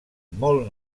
molt